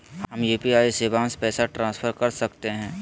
हम यू.पी.आई शिवांश पैसा ट्रांसफर कर सकते हैं?